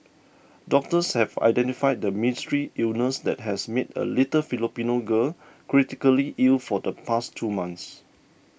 doctors have identified the mystery illness that has made a little Filipino girl critically ill for the past two months